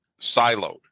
siloed